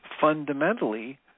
Fundamentally